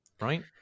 right